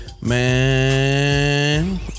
Man